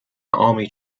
army